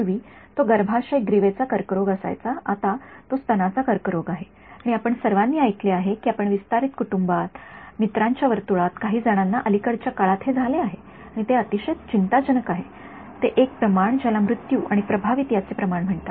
पूर्वी तो गर्भाशय ग्रीवेचा कर्करोग असायचा आता तो स्तनाचा कर्करोग आहे आणि आपण सर्वांनी ऐकले आहे की आपण विस्तारित कुटूंबांत मित्रांच्या वर्तुळात काही जणांना अलिकडच्या काळात हे झाले आहे आणि जे अतिशय चिंताजनक आहे ते एक प्रमाण ज्याला मृत्यू आणि प्रभावित याचे प्रमाण म्हणतात